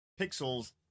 Pixels